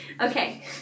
Okay